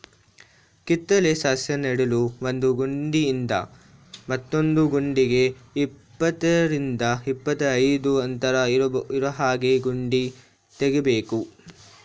ಕಿತ್ತಳೆ ಸಸ್ಯ ನೆಡಲು ಒಂದು ಗುಂಡಿಯಿಂದ ಮತ್ತೊಂದು ಗುಂಡಿಗೆ ಇಪ್ಪತ್ತರಿಂದ ಇಪ್ಪತ್ತೈದು ಅಂತರ ಇರೋಹಾಗೆ ಗುಂಡಿ ತೆಗಿಬೇಕು